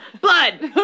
Blood